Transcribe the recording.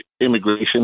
immigration